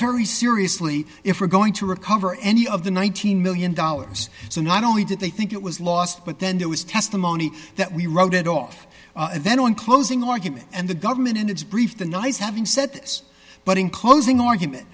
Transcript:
very seriously if we're going to recover any of the nineteen million dollars so not only did they think it was lost but then there was testimony that we wrote it off then on closing argument and the government in its brief the nice having said this but in closing argument